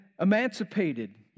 emancipated